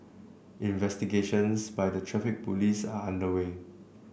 investigations by the Traffic Police are underway